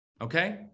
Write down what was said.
Okay